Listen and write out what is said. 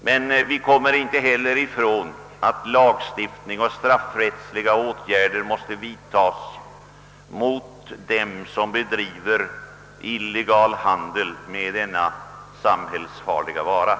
Men vi kommer inte heller ifrån att straffrättsliga åtgärder, d. v. s. åtgärder på lagstiftningens område, måste vidtagas mot dem som bedriver illegal handel med denna samhällsfarliga vara.